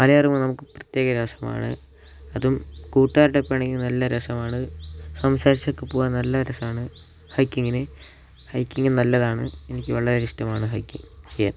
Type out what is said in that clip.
മല കയറുമ്പം നമുക്ക് പ്രത്യേക രസമാണ് അതും കൂട്ടുകാരോടൊപ്പം ആണെങ്കിൽ നല്ല രസമാണ് സംസാരിച്ചൊക്കെ പോവാൻ നല്ല രസമാണ് ഹൈക്കിങ്ങിന് ഹൈക്കിങ്ങ് നല്ലതാണ് എനിക്ക് വളരെ ഇഷ്ടമാണ് ഹൈക്കിങ്ങ് ചെയ്യാൻ